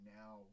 now